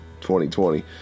2020